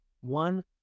one